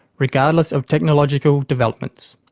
regardless of technological developments.